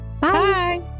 Bye